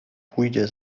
pójdzie